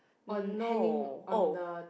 on hanging on the